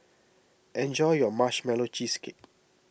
enjoy your Marshmallow Cheesecake